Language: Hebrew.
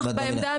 אנחנו